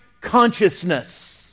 consciousness